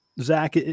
Zach –